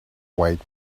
weight